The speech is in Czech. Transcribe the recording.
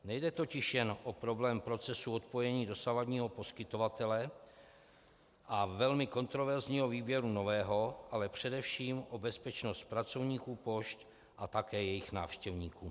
Nejde totiž jen o problém procesu odpojení dosavadního poskytovatele a velmi kontroverzního výběru nového, ale především o bezpečnost pracovníků pošt a také jejich návštěvníků.